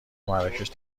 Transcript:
مراکش